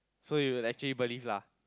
so you actually police lah